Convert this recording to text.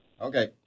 Okay